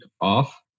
off